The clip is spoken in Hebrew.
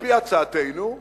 על-פי הצעתנו,